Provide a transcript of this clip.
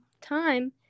time